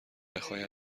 بخای